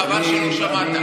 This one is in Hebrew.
חבל שלא שמעת.